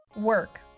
work